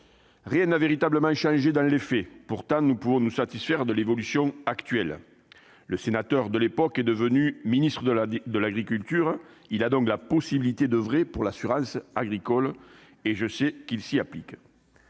Rien n'a véritablement changé dans les faits ! Pourtant, nous pouvons nous satisfaire de l'évolution actuelle. Notre collègue sénateur, devenu ministre de l'agriculture, a la possibilité d'oeuvrer pour l'assurance agricole, et je sais qu'il s'y applique.